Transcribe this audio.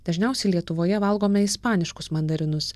dažniausiai lietuvoje valgome ispaniškus mandarinus